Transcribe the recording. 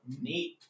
Neat